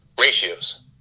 Ratios